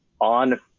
on